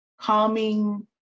calming